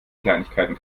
kleinigkeiten